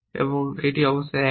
এটি অবশ্যই 1 হতে হবে